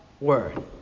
word